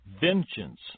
vengeance